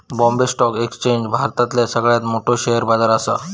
Bombay stock exchange भारतातला सगळ्यात मोठो शेअर बाजार असा